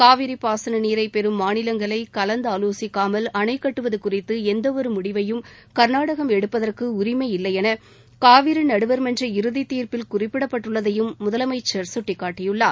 காவிரி பாசன நீரை பெறும் மாநிலங்களை கலந்தாலோசிக்காமல் அணை கட்டுவது குறித்து எந்தவொரு முடிவையும் கர்நாடகம் எடுப்பதற்கு உரிமை இல்லையென காவிரி நடுவர்மன்ற இறுதி தீர்ப்பில் குறிப்பிடப்பட்டுள்ளதையும் முதலமைச்சர் சுட்டிக்காட்டியுள்ளார்